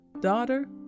Daughter